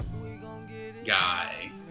guy